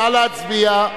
נא להצביע.